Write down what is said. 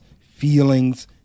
feelings